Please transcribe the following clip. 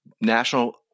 national